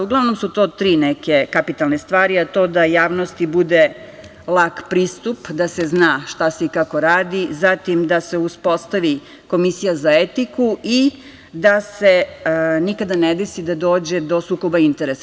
Uglavnom su to tri neke kapitalne stvari, a to da javnosti bude lak pristup, da se zna šta se i kako se radi, zatim, da se uspostavi Komisija za etiku i da se nikada ne desi da dođe do sukoba interesa.